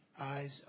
eyes